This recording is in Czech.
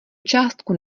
částku